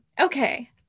Okay